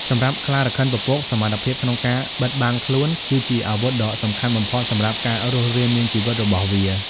សម្រាប់ខ្លារខិនពពក សមត្ថភាពក្នុងការបិទបាំងខ្លួន គឺជាអាវុធដ៏សំខាន់បំផុតសម្រាប់ការរស់រានមានជីវិតរបស់វា។